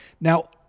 Now